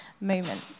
moment